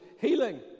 healing